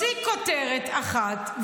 -- יוציא כותרת אחת,